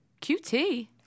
QT